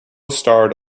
starred